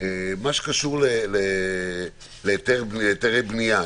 מה שקשור להיתרי בנייה,